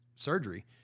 surgery